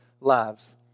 lives